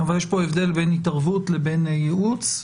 אבל יש כאן הבדל בין התערבות לבין ייעוץ.